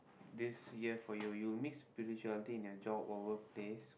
this year for you you will miss spirituality in your job or workplace